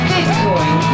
Bitcoin